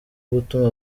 gutuma